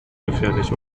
gefährlich